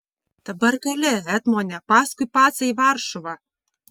dabar gali etmone paskui pacą į varšuvą